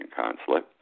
consulate